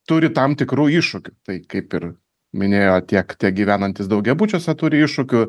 turi tam tikrų iššūkių tai kaip ir minėjo tiek tie gyvenantys daugiabučiuose turi iššūkių